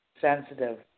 sensitive